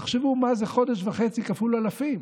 תחשבו מה זה חודש וחצי כפול אלפים?